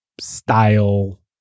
style